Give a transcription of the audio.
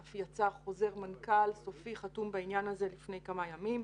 אף יצא חוזר מנכ"ל סופי וחתום בעניין הזה לפני כמה ימים.